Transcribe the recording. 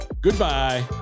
Goodbye